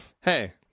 Hey